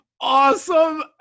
awesome